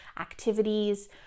activities